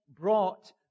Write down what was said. brought